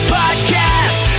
podcast